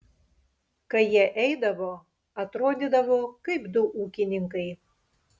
kai jie eidavo atrodydavo kaip du ūkininkai